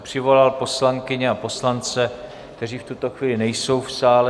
Přivolal jsem poslankyně a poslance, kteří v tuto chvíli nejsou v sále.